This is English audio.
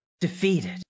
Defeated